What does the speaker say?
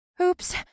Oops